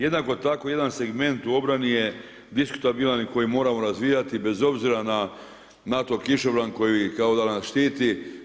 Jednako tako jedan segment u obrani je diskutabilan i koji moramo razvijati bez obzira na NATO kišobran koji kao danas štiti.